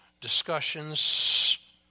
discussions